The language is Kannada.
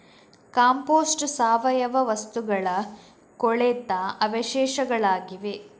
ಕಾಂಪೋಸ್ಟ್ ಸಾವಯವ ವಸ್ತುಗಳ ಕೊಳೆತ ಅವಶೇಷಗಳಾಗಿವೆ